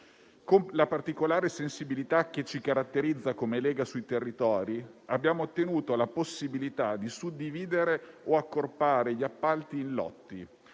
Con la particolare sensibilità che ci caratterizza come Lega sui territori, abbiamo ottenuto la possibilità di suddividere o accorpare gli appalti in lotti.